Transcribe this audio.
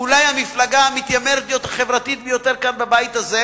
אולי המפלגה המתיימרת להיות החברתית ביותר בבית הזה,